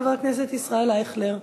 חבר הכנסת ישראל אייכלר.